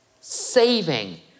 saving